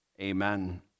Amen